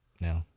No